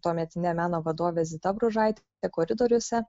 tuometine meno vadove zita bružaite koridoriuose